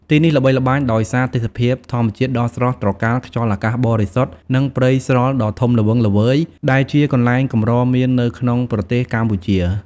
ទីនេះល្បីល្បាញដោយសារទេសភាពធម្មជាតិដ៏ស្រស់ត្រកាល ខ្យល់អាកាសបរិសុទ្ធ និងព្រៃស្រល់ដ៏ធំល្វឹងល្វើយ ដែលជាកន្លែងកម្រមាននៅក្នុងប្រទេសកម្ពុជា។